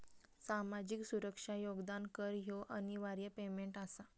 सामाजिक सुरक्षा योगदान कर ह्यो अनिवार्य पेमेंट आसा